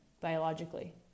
biologically